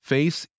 Face